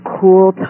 cool